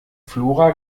flora